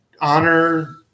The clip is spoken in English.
honor